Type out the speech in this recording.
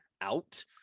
out